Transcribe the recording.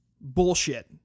bullshit